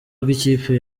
rw’ikipe